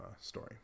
story